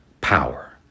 power